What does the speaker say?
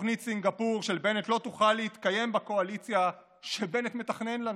תוכנית סינגפור של בנט לא תוכל להתקיים בקואליציה שבנט מתכנן לנו.